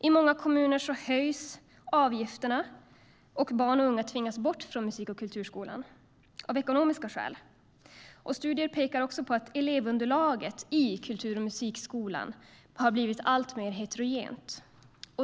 I många kommuner höjs avgifterna, och barn och unga tvingas bort från musik och kulturskolan av ekonomiska skäl. Studier pekar på att elevunderlaget i musik och kulturskolan blivit alltmer heterogent.